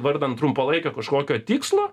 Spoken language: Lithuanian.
vardan trumpalaikio kažkokio tikslo